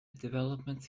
developments